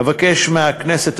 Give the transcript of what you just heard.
אבקש מהכנסת,